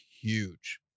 huge